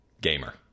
gamer